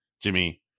Jimmy